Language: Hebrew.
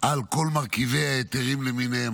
על כל מרכיבי ההיתרים למיניהם,